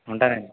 ఉంటానండి